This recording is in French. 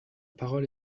parole